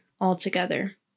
altogether